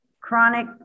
chronic